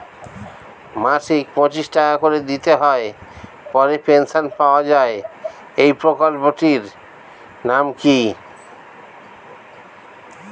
মাসিক পঁচিশ টাকা করে দিতে হয় পরে পেনশন পাওয়া যায় এই প্রকল্পে টির নাম কি?